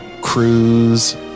cruise